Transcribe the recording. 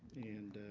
and.